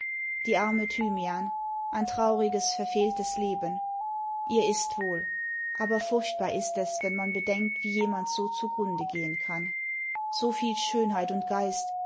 die arme thymian ein trauriges verfehltes leben ihr ist wohl aber furchtbar ist es wenn man es bedenkt wie jemand so zugrunde gehen kann so viel schönheit und geist